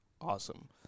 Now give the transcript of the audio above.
awesome